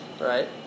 Right